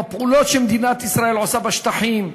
בפעולות שמדינת ישראל עושה בשטחים,